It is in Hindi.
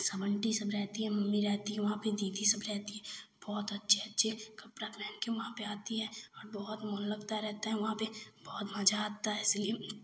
सब आंटी सब रहती हैं मम्मी रहती हैं वहाँ पर दीदी सब रहती हैं बहुत अच्छे अच्छे कपड़ा पहन के वहाँ पर आती है और बहत मन लगता रहता है वहाँ पर बहुत मज़ा आता है इसलिए